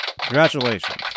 Congratulations